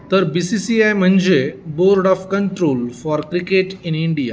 तर B C C I म्हणजे board of control for cricket in India